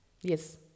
yes